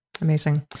Amazing